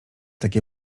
takie